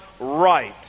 right